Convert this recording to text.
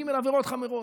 ג' עבירות חמורות,